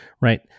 right